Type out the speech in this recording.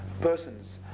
persons